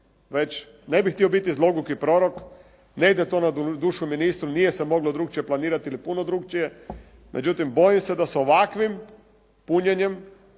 već, ne bih htio biti zloguki prorok, ne ide to na dušu ministru. Nije se moglo drukčije planirati ili puno drukčije međutim bojim se da s ovakvim punjenjem